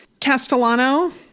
Castellano